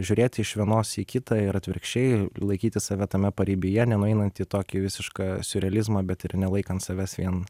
žiūrėti iš vienos į kitą ir atvirkščiai laikyti save tame paribyje nenueinant į tokį visišką siurrealizmą bet ir nelaikant savęs vien